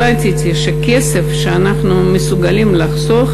החלטתי שכסף שאנחנו מסוגלים לחסוך,